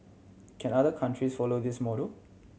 can other countries follow this model